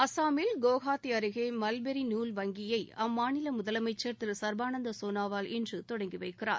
அசாமில் குவ்ஹாத்தி அருகே மல்பெரி நூல் வங்கியை அம்மாநில முதலமைச்சர் திரு சர்பானந்த சோனாவால் இன்று தொடங்கி வைக்கிறார்